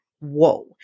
whoa